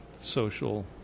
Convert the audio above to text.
social